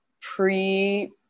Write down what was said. pre